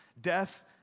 death